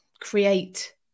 create